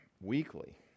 weekly